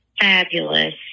fabulous